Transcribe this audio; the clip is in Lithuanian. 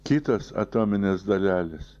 kitos atominės dalelės